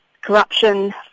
corruption